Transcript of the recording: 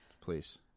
please